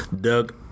Doug